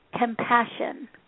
compassion